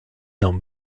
dans